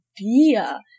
idea